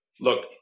look